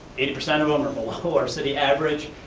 eighty percent of them are below our city average.